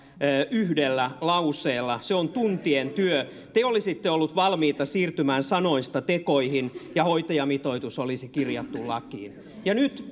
yhdellä lauseella se on tuntien työ te olisitte ollut valmis siirtymään sanoista tekoihin ja hoitajamitoitus olisi kirjattu lakiin ja nyt